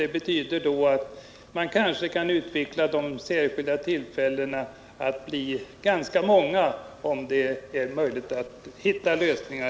Det betyder att man kanske kan utvidga de särskilda tillfällena till att bli ganska många, om det är möjligt att hitta lösningar.